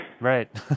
Right